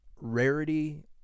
Rarity